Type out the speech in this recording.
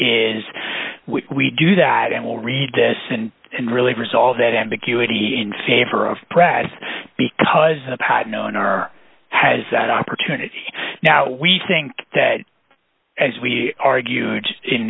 is we do that and will read this and and really resolve that ambiguity in favor of press because the pad no in our has that opportunity now we think that as we argued in